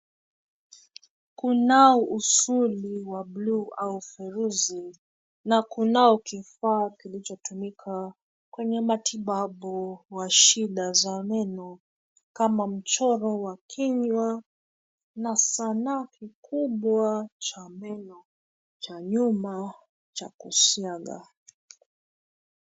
Kunao usuli wa bluu au ufunguzi na kunao kifaa kilichotumika kwenye matibabu wa shida za meno, kama mchoro wa kinywa na sanaa kikubwa cha meno, cha nyuma cha kusiaga.